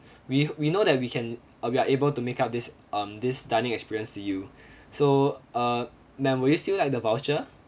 we we know that we can uh we are able to make up this um this dining experience to you so uh ma'am would you still like the voucher